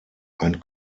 ein